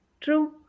True